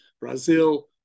Brazil